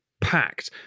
packed